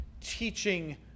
teaching